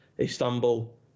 Istanbul